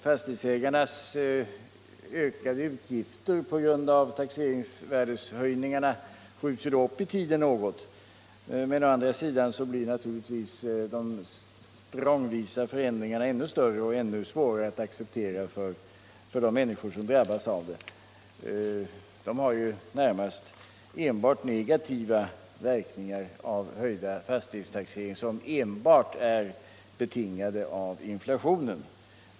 Fastighetsägarnas ökade utgifter på grund av taxeringsvärdeshöjningarna skjuts då upp i tiden något, men å andra sidan blir de språngvisa förändringarna ännu större och ännu svårare att acceptera för de människor som drabbas av dem. Dessa människor får nästan bara vidkännas negativa verkningar av höjda fastighetstaxeringar som är betingade av inflationen.